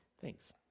Thanks